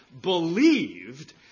believed